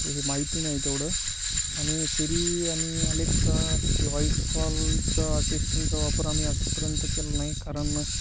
ते हे माहिती नाही तेवढं आणि सिरी आणि अलेक्सा हे व्हॉइस कॉलचा अशिस्टंटचा वापर आम्ही आजपर्यंत केला नाही कारण